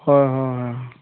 হয় হয় হয়